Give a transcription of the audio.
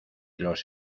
los